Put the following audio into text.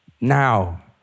now